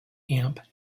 amp